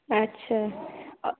अच्छा आ